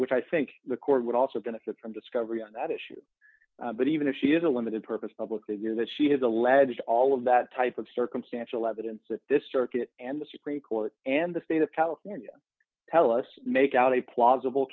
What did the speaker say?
which i think the court would also benefit from discovery on that issue but even if she is a limited purpose publicly that she has alleged all of that type of circumstantial evidence that this circuit and the supreme court and the state of california tell us make out a plausible